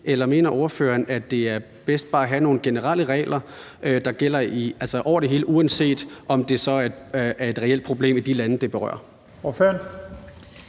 eller mener ordføreren, at det er bedst bare at have nogle generelle regler, der gælder over det hele, uanset om det så er et reelt problem i de lande, det berører? Kl.